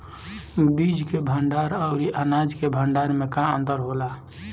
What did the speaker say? बीज के भंडार औरी अनाज के भंडारन में का अंतर होला?